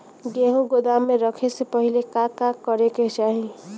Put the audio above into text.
गेहु गोदाम मे रखे से पहिले का का करे के चाही?